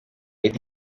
eddy